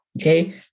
okay